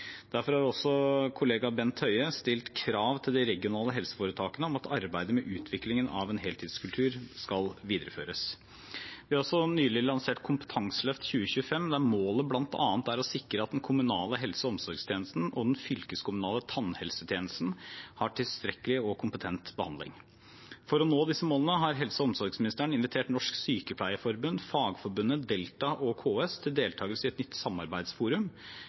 Derfor har kollega Bent Høie stilt krav til de regionale helseforetakene om at arbeidet med utviklingen av en heltidskultur skal videreføres. Vi har nylig lansert Kompetanseløft 2025, der målet bl.a. er å sikre at den kommunale helse- og omsorgstjenesten og den fylkeskommunale tannhelsetjenesten har tilstrekkelig og kompetent bemanning. For å nå disse målene har helse- og omsorgsministeren invitert Norsk sykepleierforbund, Fagforbundet, Delta og KS til deltakelse i et nytt samarbeidsforum.